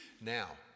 now